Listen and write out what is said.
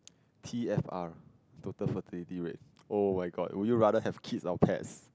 T_F_R total fertility rate oh-my-god would you rather have kids or pets